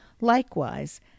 Likewise